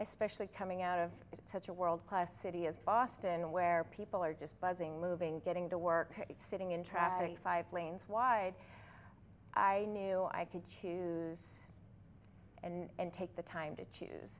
especially coming out of such a world class city of boston where people are just buzzing moving getting to work sitting in traffic five lanes wide i knew i could choose and take the time to choose